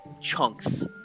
chunks